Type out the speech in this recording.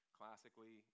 classically